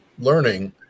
learning